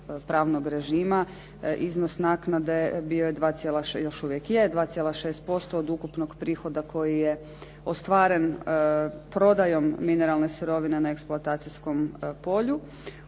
pravnog režima, iznos naknada bio je i još uvijek 2,6% od ukupnog prihoda koji je ostvaren prodajom mineralne sirovine na eksploatacijskom polju.